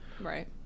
right